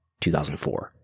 2004